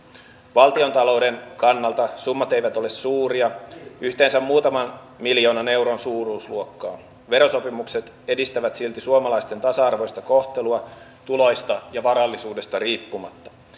valtiontalouden kannalta summat eivät ole suuria yhteensä muutaman miljoonan euron suuruusluokkaa verosopimukset edistävät silti suomalaisten tasa arvoista kohtelua tuloista ja varallisuudesta riippumatta